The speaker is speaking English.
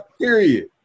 Period